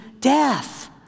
death